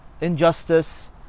injustice